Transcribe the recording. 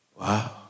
wow